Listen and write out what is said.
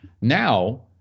now